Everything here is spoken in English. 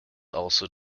also